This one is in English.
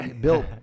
Bill